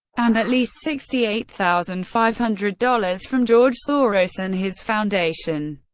and at least sixty eight thousand five hundred dollars from george soros and his foundation.